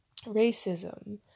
racism